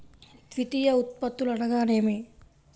ద్వితీయ ఉత్పత్తులు అనగా నేమి?